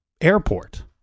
airport